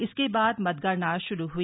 इसके बाद मतगणना शुरू हई